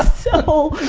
so